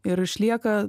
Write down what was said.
ir išlieka